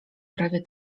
prawie